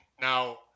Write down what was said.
now